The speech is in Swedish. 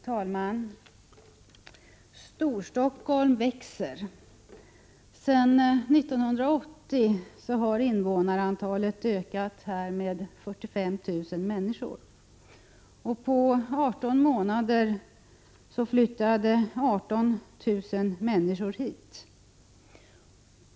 Fru talman! Storstockholm växer. Sedan 1980 har invånarantalet ökat med 45 000 människor. På 18 månader flyttade 18 000 människor hit.